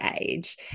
age